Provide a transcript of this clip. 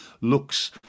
looks